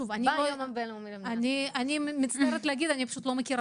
אני מצטערת להגיד, אני פשוט לא מכירה את הסוגייה.